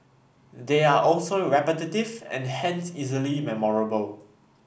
they are also repetitive and hence easily memorable